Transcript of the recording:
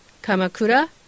Kamakura